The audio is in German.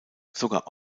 sogar